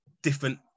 different